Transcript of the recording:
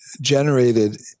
generated